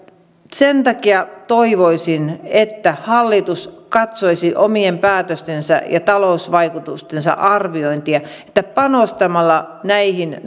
sen takia toivoisin että hallitus katsoisi omien päätöstensä ja talousvaikutusten arviointia että panostamalla näihin